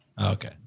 Okay